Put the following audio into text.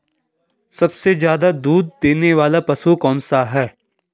सबसे ज़्यादा दूध देने वाला पशु कौन सा है?